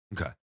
Okay